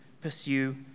pursue